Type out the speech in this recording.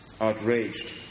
outraged